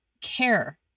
care